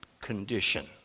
condition